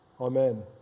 Amen